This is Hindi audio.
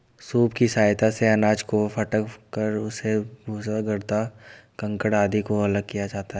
सूप की सहायता से अनाज को फटक कर उसके भूसा, गर्दा, कंकड़ आदि को अलग किया जाता है